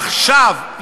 עכשיו,